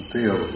Feel